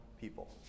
people